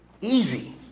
Easy